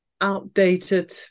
outdated